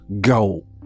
go